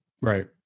Right